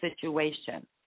situation